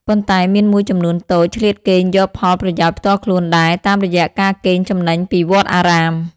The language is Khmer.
ប៉ុន្តែមានមួយចំនួនតូច ឆ្លៀតកេងយកផលប្រយោជន៍ផ្ទាល់ខ្លួនដែរ តាមរយះការកេងចំណេញពីវត្តអារាម។